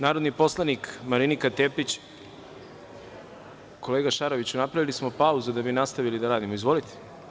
Narodni poslanik Marinika Tepić… (Nemanja Šarović: Po Poslovniku.) Kolega Šaroviću, napravili smo pauzu, da bi nastavili da radimo, ali izvolite.